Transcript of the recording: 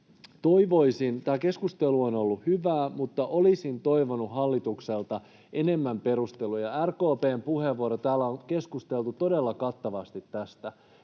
Tämä keskustelu on ollut hyvää, mutta jollain tavalla olisin toivonut hallitukselta enemmän perusteluja. RKP:n puheenvuorosta täällä on keskusteltu todella kattavasti,